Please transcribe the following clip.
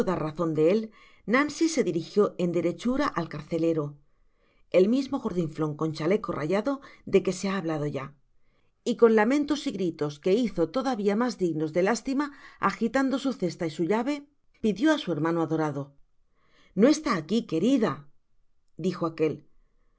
razon de él nancy se dirijió en derechura al carcelero el mismo gordinflon con chaleco rayado de que se ha hablado ya y con lamentos y gritos que hizo todavia mas dignos de lástima agitando su cesta y su llave pidió á su hermano adorado no está aqui querida dijo